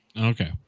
Okay